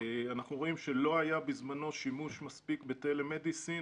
אנחנו רואים שבזמנו לא היה שימוש מספיק בטלמדיסין.